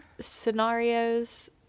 scenarios